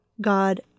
God